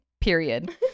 Period